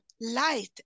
light